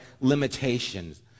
limitations